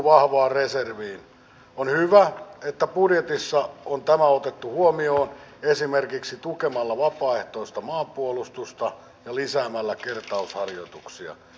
minusta hallitus on ottanut tässä hyvän toimintatavan että myöskin avoimesti otetaan kritiikkiä vastaan ja sitä pitää kehittää